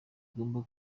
ugomba